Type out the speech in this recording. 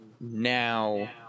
now